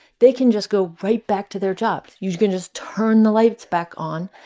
they can just go right back to their jobs. you can just turn the lights back on,